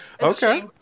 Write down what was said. okay